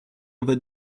other